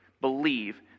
believe